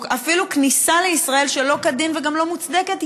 או אפילו כניסה לישראל שלא כדין וגם לא מוצדקת,